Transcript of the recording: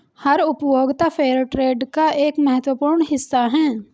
हर उपभोक्ता फेयरट्रेड का एक महत्वपूर्ण हिस्सा हैं